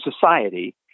society